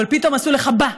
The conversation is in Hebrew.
אבל פתאום עשו לך "בה"